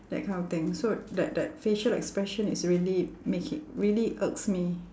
that kind of thing so that that facial expression is really making really irks me